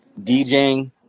DJing